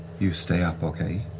you stay up, okay?